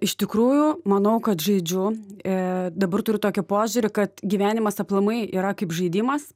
iš tikrųjų manau kad žaidžiu e dabar turiu tokį požiūrį kad gyvenimas aplamai yra kaip žaidimas